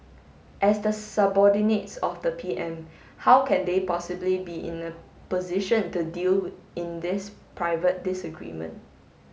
as the subordinates of the PM how can they possibly be in a position to deal in this private disagreement